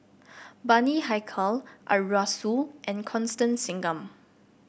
Bani Haykal Arasu and Constance Singam